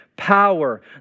power